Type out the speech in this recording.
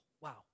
Wow